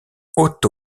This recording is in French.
otto